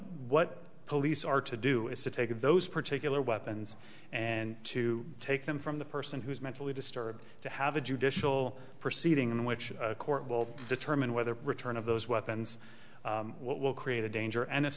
what police are to do is to take of those particular weapons and to take them from the person who is mentally disturbed to have a judicial proceeding in which court will determine whether return of those weapons will create a danger and if